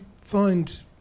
find